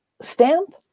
stamp